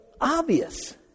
obvious